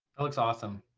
that looks awesome.